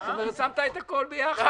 שמת את הכול ביחד.